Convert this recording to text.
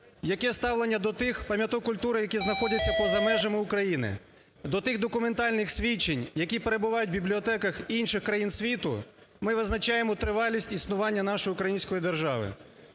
яке ставлення до тих пам'яток культури, які знаходяться поза межами України, до тих документальних свідчень, які перебувають в бібліотеках інших країн світу, ми визначає тривалість існування нашої української держави.